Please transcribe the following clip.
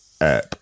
app